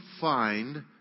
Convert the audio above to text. find